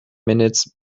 minutes